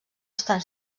estan